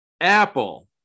apple